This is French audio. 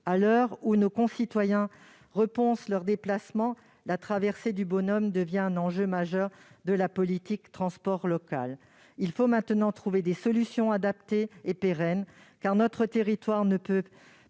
À l'heure où nos concitoyens repensent leurs déplacements, la traversée du Bonhomme devient un enjeu majeur de la politique de transport local. Il faut maintenant trouver des solutions adaptées et pérennes, car notre territoire ne peut plus